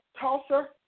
Tulsa